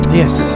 yes